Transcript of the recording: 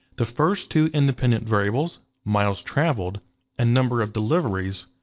the first two independent variables, miles traveled and number of deliveries,